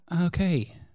Okay